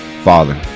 Father